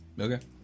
Okay